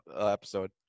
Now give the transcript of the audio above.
episode